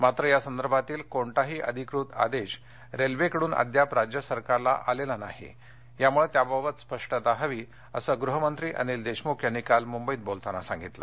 मात्र यासंदर्भातील कोणताही अधिकृत आदेश रेल्वेकडून अद्याप राज्य सरकारला आलेला नाही त्यामुळं याबाबत स्पष्टता हवी असं गृहमंत्री अनिल देशमुख यांनी काल मुंबईत बोलताना सांगितलं